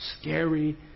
scary